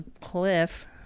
cliff